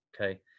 Okay